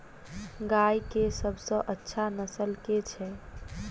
गाय केँ सबसँ अच्छा नस्ल केँ छैय?